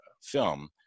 film